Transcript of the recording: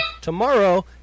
tomorrow